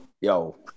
yo